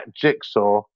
jigsaw